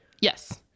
yes